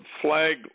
flag